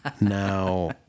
Now